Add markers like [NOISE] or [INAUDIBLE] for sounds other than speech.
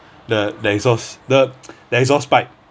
the the exhaust the [NOISE] the exhaust pipe